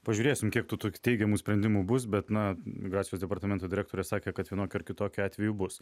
pažiūrėsim kiek tų teigiamų sprendimų bus bet na migracijos departamento direktorė sakė kad vienokiu ar kitokiu atveju bus